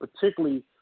particularly